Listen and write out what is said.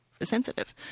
sensitive